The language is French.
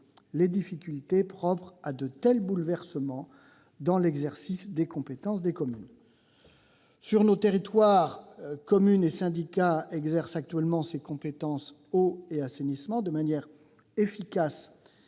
les difficultés propres à de tels bouleversements dans l'exercice des compétences des communes. Sur nos territoires, communes et syndicats exercent actuellement les compétences « eau » et « assainissement » de manière efficace